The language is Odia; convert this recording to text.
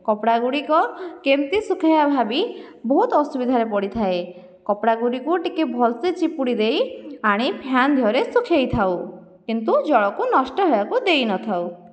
କପଡ଼ାଗୁଡ଼ିକ କେମିତି ଶୁଖାଇବା ଭାବି ବହୁତ ଅସୁବିଧାରେ ପଡ଼ିଥାଏ କପଡ଼ାଗୁଡ଼ିକୁ ଟିକିଏ ଭଲସେ ଚିପୁଡ଼ି ଦେଇ ଆଣି ଫ୍ୟାନ୍ ଦେହରେ ଶୁଖାଇଥାଉ କିନ୍ତୁ ଜଳକୁ ନଷ୍ଟ ହେବାକୁ ଦେଇନଥାଉ